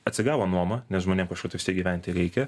atsigavo nuoma nes žmonėm kažkur tai vistiek gyventi reikia